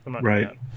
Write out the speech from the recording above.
Right